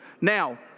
Now